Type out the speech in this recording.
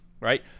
right